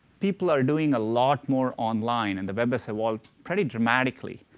people are doing a lot more online and the web has evolved pretty dramatically.